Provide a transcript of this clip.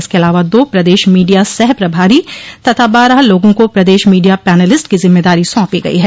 इसके अलावा दो प्रदेश मीडिया सह प्रभारी तथा बारह लोगों को प्रदेश मीडिया पैनलिस्ट की जिम्मेदारी सौंपी गई है